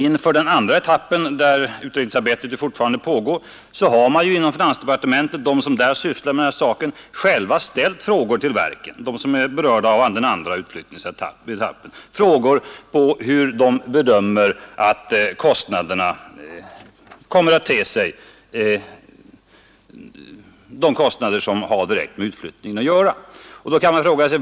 Inför den andra etappen, där utredningsarbetet fortfarande pågår, har emellertid de som i departementet sysslar med dessa spörsmål själva ställt frågor till de verk som är berörda, hur de bedömer de kostnader som har direkt med utflyttningen att göra.